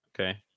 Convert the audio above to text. Okay